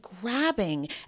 grabbing